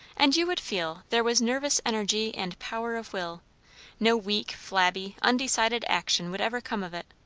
and you would feel there was nervous energy and power of will no weak, flabby, undecided action would ever come of it.